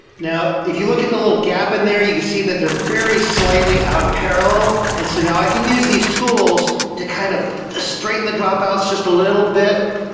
now, if you look at the little gap in there, you'll see that they're very slightly out of parallel and so now i can use these tools to kind of straighten the dropouts just a little bit